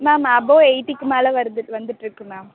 ma'am above எயிட்டிக்கு மேலே வருது வந்துட்டுருக்கு மேம்